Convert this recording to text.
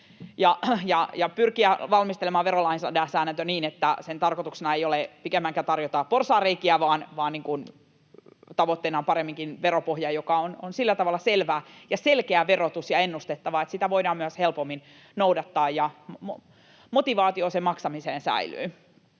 ja pyritään valmistelemaan verolainsäädäntö niin, että sen tarkoituksena ei ole pikemminkään tarjota porsaanreikiä, vaan tavoitteena on paremminkin veropohja, joka on sillä tavalla selvä ja selkeä ja ennustettava, että sitä voidaan myös helpommin noudattaa ja motivaatio maksamiseen säilyy.